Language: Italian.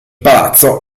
palazzo